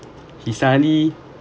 he suddenly